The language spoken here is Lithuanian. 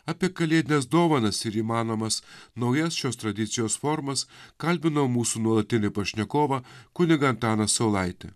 apie kalėdines dovanas ir įmanomas naujas šios tradicijos formas kalbinau mūsų nuolatinį pašnekovą kunigą antaną saulaitį